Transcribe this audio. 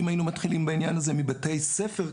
אם היינו מתחילים בעניין הזה כבר בבתי הספר,